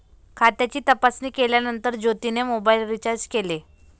खात्याची तपासणी केल्यानंतर ज्योतीने मोबाइल रीचार्ज केले